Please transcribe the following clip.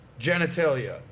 genitalia